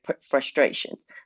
frustrations